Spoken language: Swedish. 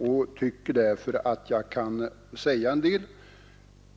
Jag tycker därför att jag kan säga en del,